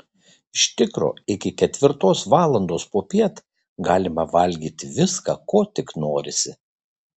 iš tikro iki ketvirtos valandos popiet galima valgyti viską ko tik norisi